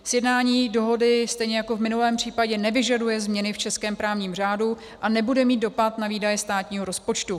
Sjednání dohody stejně jako v minulém případě nevyžaduje změny v českém právním řádu a nebude mít dopad na výdaje státního rozpočtu.